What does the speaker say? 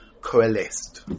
coalesced